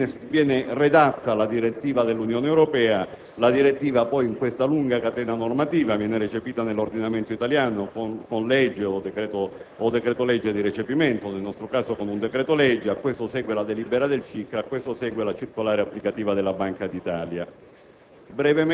1 - viene redatta la direttiva dell'Unione Europea; la direttiva poi, in questa lunga catena normativa, viene recepita nell'ordinamento italiano con legge o con decreto legge di recepimento - nel nostro caso, con un decreto legge - cui seguono la delibera del CICR e la circolare a applicativa della Banca d'Italia.